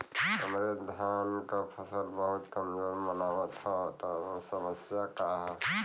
हमरे धान क फसल बहुत कमजोर मनावत ह समस्या का ह?